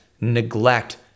neglect